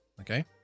Okay